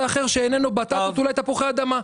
אחר שאיננו בטטות אלא אולי תפוחי אדמה.